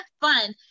fun